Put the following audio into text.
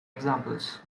examples